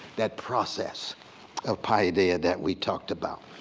that process of paideia that we talked about.